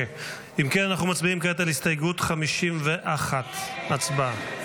אנחנו מצביעים כעת על הסתייגות 51. הצבעה.